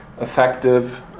effective